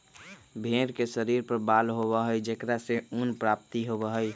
भेंड़ के शरीर पर बाल होबा हई जेकरा से ऊन के प्राप्ति होबा हई